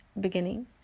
beginning